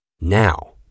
Now